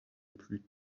plus